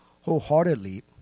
wholeheartedly